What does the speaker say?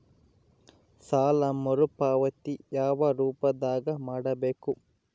ಸಾಲ ಮರುಪಾವತಿ ಯಾವ ರೂಪದಾಗ ಮಾಡಬೇಕು?